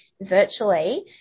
virtually